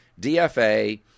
DFA